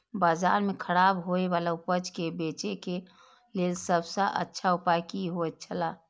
बाजार में खराब होय वाला उपज के बेचे के लेल सब सॉ अच्छा उपाय की होयत छला?